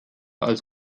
als